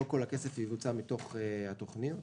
לא כל הכסף יבוצע מתוך התוכניות.